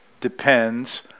depends